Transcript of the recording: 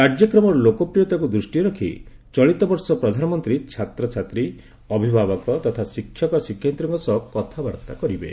କାର୍ଯ୍ୟକ୍ରମର ଲୋକପ୍ରିୟତାକୁ ଦୃଷ୍ଟିରେ ରଖି ଚଳିତବର୍ଷ ପ୍ରଧାନମନ୍ତ୍ରୀ ଛାତ୍ରଛାତ୍ରୀ ଅଭିଭାବକ ତଥା ଶିକ୍ଷକ ଶିକ୍ଷୟିତ୍ରୀଙ୍କ ସହ କଥାବାର୍ତ୍ତା କରିବେ